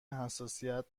حساسیت